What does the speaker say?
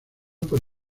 por